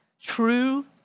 True